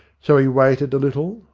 so he waited a little,